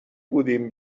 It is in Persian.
بودیم